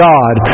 God